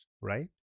right